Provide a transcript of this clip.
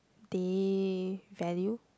they value